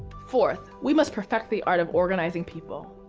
fourth, we must perfect the art of organizing people.